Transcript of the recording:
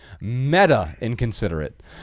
meta-inconsiderate